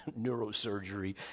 neurosurgery